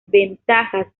ventajas